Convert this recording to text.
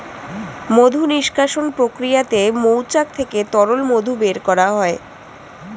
মধু নিষ্কাশণ প্রক্রিয়াতে মৌচাক থেকে তরল মধু বের করা হয়